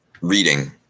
reading